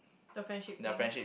the friendship thing